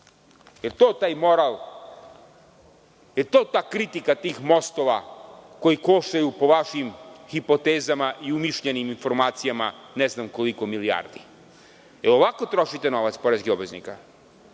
je to taj moral, da li je to ta kritika tih mostova koji koštaju po vašim hipotezama i umišljenim informacijama, ne znam koliko milijardi? Da li ovako trošite novac poreskih